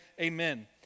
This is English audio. amen